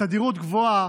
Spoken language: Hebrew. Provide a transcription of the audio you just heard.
בתדירות גבוהה,